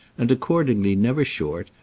and accordingly never short,